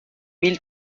mille